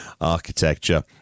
architecture